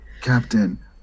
Captain